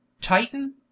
Titan